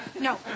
no